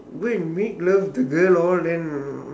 go and make love with the girl all then